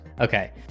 Okay